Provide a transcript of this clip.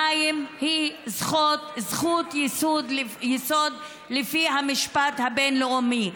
המים הם זכות יסוד לפי המשפט הבין-לאומי.